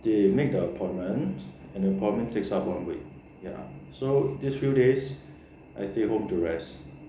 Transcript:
they make the appointment and the appointment takes up one week ya so this few days I stay home to rest